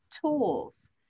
tools